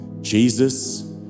Jesus